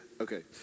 okay